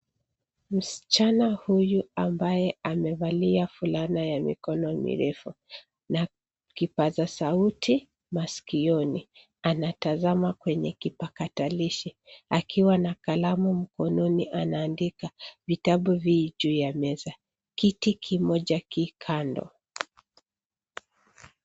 Msichana huyu ambaye amevalia fulana ya mikono mirefu na kipaza sauti masikioni anatazama kwenye kipakatalishi akiwa na kalamu mkononi anaandika. Vitabu vi ju ya meza. Kiti kimoja ki kando.